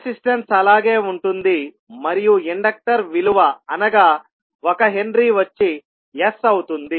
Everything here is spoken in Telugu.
రెసిస్టెన్స్ అలాగే ఉంటుంది మరియు ఇండక్టర్ విలువ అనగా 1H వచ్చి S అవుతుంది